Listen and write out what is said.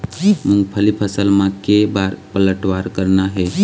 मूंगफली फसल म के बार पलटवार करना हे?